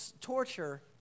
torture